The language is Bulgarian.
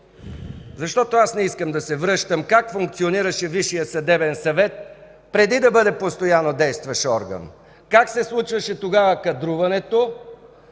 Защото аз не искам да се връщам на това как функционираше Висшият съдебен съвет преди да бъде постоянно действащ орган, как се случваше тогава кадруването,